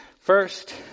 First